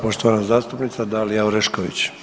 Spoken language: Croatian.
poštovana zastupnica Dalija Orešković.